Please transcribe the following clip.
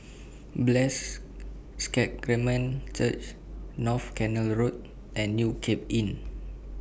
Blessed Sacrament Church North Canal Road and New Cape Inn